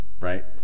right